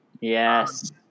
Yes